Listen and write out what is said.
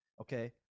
Okay